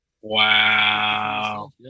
Wow